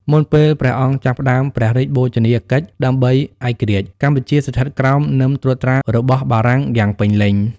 មុនពេលព្រះអង្គចាប់ផ្ដើមព្រះរាជបូជនីយកិច្ចដើម្បីឯករាជ្យ កម្ពុជាស្ថិតក្រោមនឹមត្រួតត្រារបស់បារាំងយ៉ាងពេញលេញ។